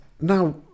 now